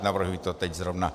Navrhuji to teď zrovna.